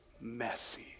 messy